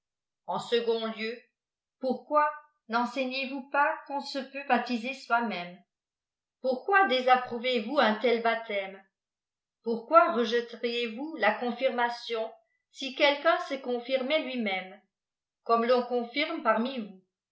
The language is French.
en second lieu pourquoi nenseignez vous pas qu'on se peut baptiser soi-même pourquoi désapprouvez vous un tel baptême pourquoi rejetteriez vous la confirmation si quelqu'un se confirmait lui-môme comme l'on confirme parmi vous